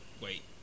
wait